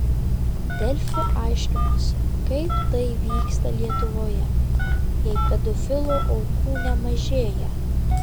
delfi aiškinosi kaip tai vyksta lietuvoje jei pedofilų aukų nemažėja